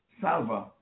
Salva